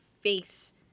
face